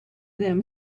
them